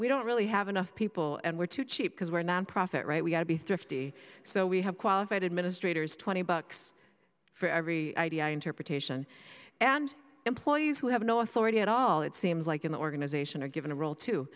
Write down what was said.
we don't really have enough people and we're too cheap because we're nonprofit right we've got to be thrifty so we have qualified administrators twenty bucks for every interpretation and employees who have no authority at all it seems like an organization are given a role to